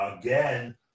again